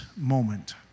moment